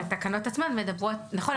אבל התקנות עצמן מדברות נכון,